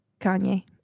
Kanye